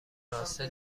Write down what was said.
راسته